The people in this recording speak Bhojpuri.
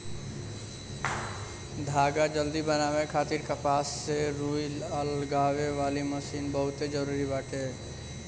धागा जल्दी बनावे खातिर कपास से रुई अलगावे वाली मशीन बहुते जरूरी बाटे